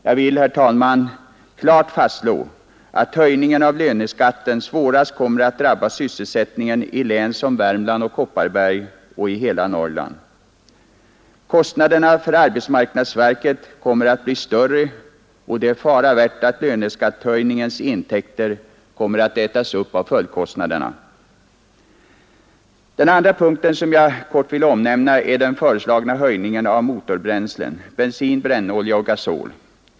Jag vill klart slå fast att höjningen av löneskatten kommer att svårast drabba sysselsättningen i Värmlands och Kopparbergs län samt i hela Norrland. Kostnaderna för arbetsmarknadsverket kommer att bli större, och det är fara värt att löneskattehöjningens intäkter kommer att ätas upp av följdkostnaderna. Den andra punkten som jag kort vill omnämna är den föreslagna höjningen av skatten på motorbränslen, på bensin, brännolja och gasol.